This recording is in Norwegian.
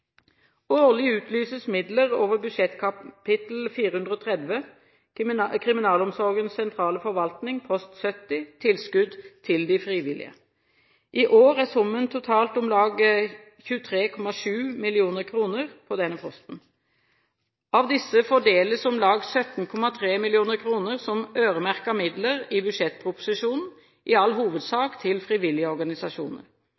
Årlig utlyses midler over budsjettkapittel 430 Kriminalomsorgens sentrale forvaltning post 70 – tilskudd til de frivillige. I år er summen totalt om lag 23,7 mill. kr på denne posten. Av disse fordeles om lag 17,3 mill. kr som øremerkede midler i budsjettproposisjonen, i all